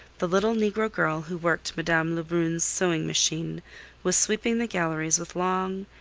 the little negro girl who worked madame lebrun's sewing-machine was sweeping the galleries with long,